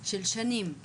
של שנים עבור,